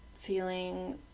feeling